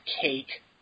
cake